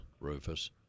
Rufus